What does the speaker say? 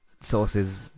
sources